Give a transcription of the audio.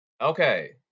Okay